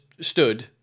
stood